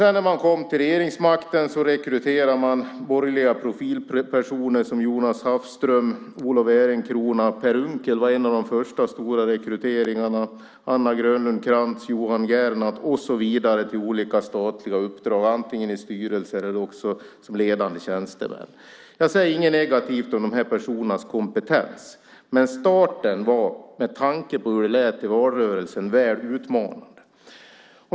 När man sedan kom till regeringsmakten rekryterade man borgerliga profilpersoner som Jonas Hafström, Olof Ehrenkrona, Per Unckel - som var en av de första stora rekryteringarna - Anna Grönlund Krantz, Johan Gernandt och så vidare till olika statliga uppdrag, antingen i styrelser eller som ledande tjänstemän. Jag säger inte något negativt om de här personernas kompetens, men starten var, med tanke på hur det lät i valrörelsen, väl utmanande.